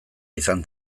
izan